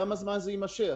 כמה זמן זה יימשך?